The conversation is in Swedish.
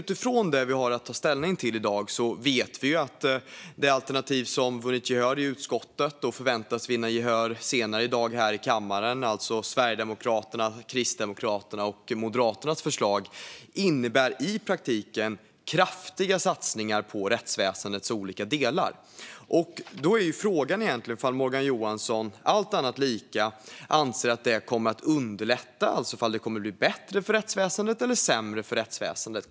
Utifrån det som vi har att ta ställning till i dag vet vi att det alternativ som har vunnit gehör i utskottet och som förväntas vinna gehör i kammaren senare i dag, alltså Sverigedemokraternas, Kristdemokraternas och Moderaternas förslag, i praktiken innebär kraftiga satsningar på rättsväsendets olika delar. Då är frågan om Morgan Johansson, allt annat lika, anser att det kommer att underlätta, alltså att det kommer att bli bättre eller sämre för rättsväsendet.